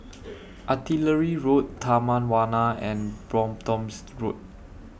Artillery Road Taman Warna and Bromptons Road